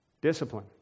Discipline